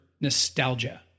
nostalgia